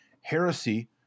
heresy